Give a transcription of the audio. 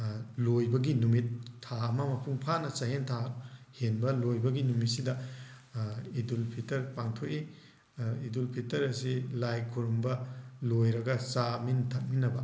ꯂꯣꯏꯕꯒꯤ ꯅꯨꯃꯤꯠ ꯊꯥ ꯑꯃ ꯃꯄꯨꯡ ꯐꯥꯅ ꯆꯥꯛꯍꯦꯟ ꯊꯥ ꯍꯦꯟꯕ ꯂꯣꯏꯕꯒꯤ ꯅꯨꯃꯤꯠꯁꯤꯗ ꯏꯗꯨꯜ ꯐꯤꯇꯔ ꯄꯥꯡꯊꯣꯛꯏ ꯏꯗꯨꯜ ꯐꯤꯇꯔ ꯑꯁꯤ ꯂꯥꯏ ꯈꯨꯔꯨꯝꯕ ꯂꯣꯏꯔꯒ ꯆꯥꯃꯤꯟ ꯊꯛꯃꯤꯟꯅꯕ